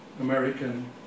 American